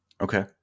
Okay